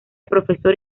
profesor